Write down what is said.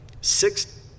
Six